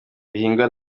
bihingwa